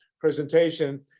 presentation